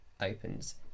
opens